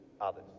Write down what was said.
others